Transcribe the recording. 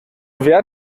wer